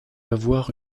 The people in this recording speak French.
avoir